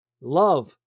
love